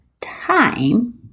time